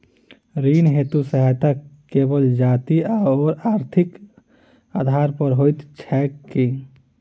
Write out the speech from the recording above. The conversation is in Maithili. ऋण हेतु योग्यता केवल जाति आओर आर्थिक आधार पर होइत छैक की?